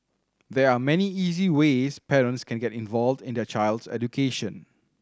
there are many easy ways parents can get involved in their child's education